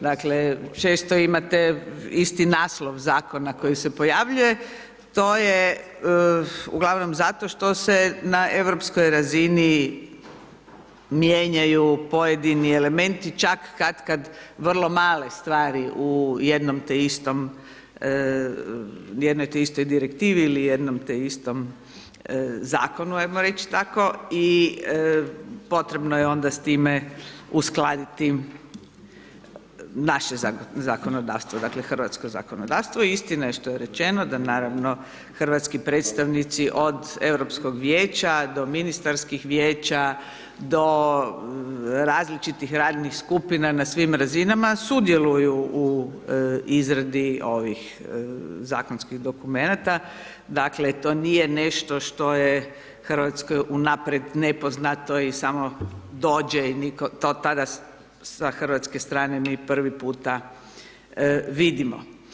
Dakle često imate isti naslov zakona koji se pojavljuje, to je uglavnom zašto što se na europskoj razini mijenjaju pojedini elementi čak katkad vrlo male stvari u jednoj te istoj direktivi ili jednom te istom zakonu jamo reći tako i potrebno je onda s time uskladiti naše zakonodavstvo, dakle hrvatsko zakonodavstvo i istina što je rečeno, da naravno hrvatski predstavnici od Europskog vijeća do ministarskih vijeća do različitih radnih skupina na svim razinama sudjeluju u izradi ovih zakonskih dokumenata dakle to nije nešto što je Hrvatskoj unaprijed nepoznato i samo dođe i nitko to tada, sa hrvatske strane mi prvi puta vidimo.